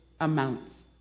amounts